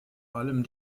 allem